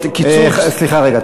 סליחה רגע.